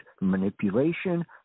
manipulation